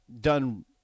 done